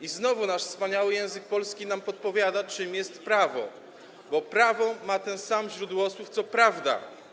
I znowu wspaniały język polski nam podpowiada, czym jest prawo, bo prawo ma ten sam źródłosłów co prawda.